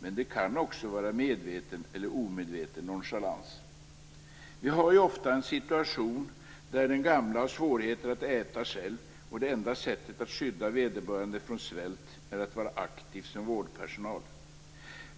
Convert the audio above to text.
men det kan också vara medveten eller omedveten nonchalans. Vi har ju ofta en situation där den gamla har svårigheter att äta själv. Det enda sättet att skydda vederbörande från svält är att vara aktiv som vårdpersonal.